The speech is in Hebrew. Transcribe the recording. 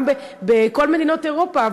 גם בכל מדינות אירופה,